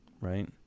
right